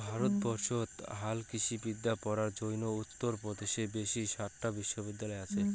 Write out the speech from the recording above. ভারতবর্ষত হালকৃষিবিদ্যা পড়ার জইন্যে উত্তর পদেশত বেশি সাতটা বিশ্ববিদ্যালয় আচে